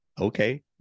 okay